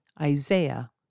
Isaiah